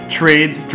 trades